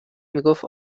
میگفت